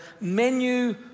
menu